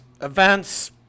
events